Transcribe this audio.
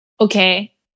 Okay